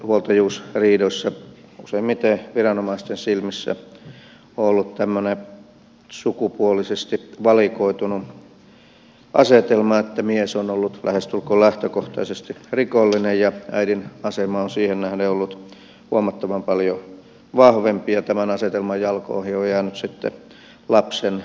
huoltajuusriidoissa useimmiten viranomaisten silmissä on ollut tämmöinen sukupuolisesti valikoitunut asetelma että mies on ollut lähestulkoon lähtökohtaisesti rikollinen ja äidin asema on siihen nähden ollut huomattavan paljon vahvempi ja tämän asetelman jalkoihin on jäänyt sitten lapsen etu